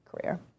career